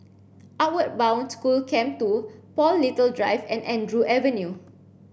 outward Bound School Camp two Paul Little Drive and Andrew Avenue